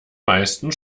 meisten